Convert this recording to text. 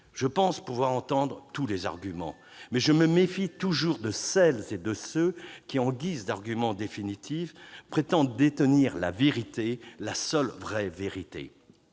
Je pense pouvoir entendre tous les arguments, mais je me méfie toujours de celles et de ceux qui, en guise d'argument définitif, prétendent détenir la vérité, la seule vérité.